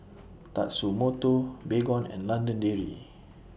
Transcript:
Tatsumoto Baygon and London Dairy